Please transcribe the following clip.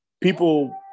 people